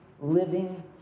living